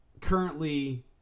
currently